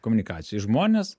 komunikacijoj žmonės